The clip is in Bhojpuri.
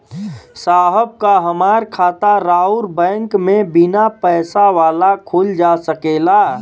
साहब का हमार खाता राऊर बैंक में बीना पैसा वाला खुल जा सकेला?